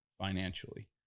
financially